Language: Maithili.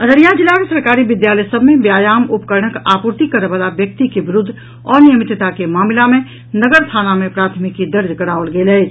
अररिया जिलाक सरकारी विद्यालय सभ मे व्यायाम उपकरणक आपूर्ति करऽवला व्यक्ति के विरूद्ध अनियमितता के मामिला मे नगर थाना मे प्राथमिकी दर्ज कराओल गेल अछि